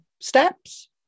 steps